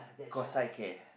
cause I care